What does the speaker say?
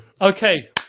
okay